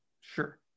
Sure